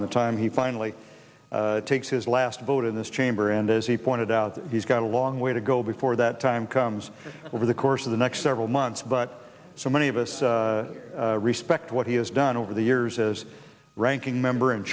and the time he finally takes his last vote in this chamber and as he pointed out he's got a long way to go before that time comes over the course of the next several months but so many of us respect what he has done over the years as ranking member